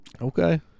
Okay